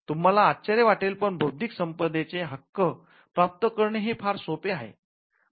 तुम्हाला आश्चर्य वाटेल पण बौद्धिक संपदेचे हक्क प्राप्त करणे हे फार सोपे आहे